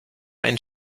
ein